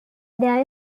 there